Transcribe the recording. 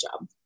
job